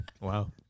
Wow